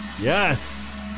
Yes